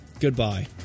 Goodbye